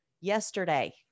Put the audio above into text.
yesterday